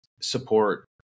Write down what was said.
support